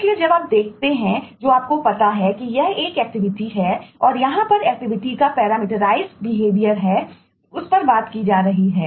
इसको भी पैरामीटराइज है उस पर बात की जा रही है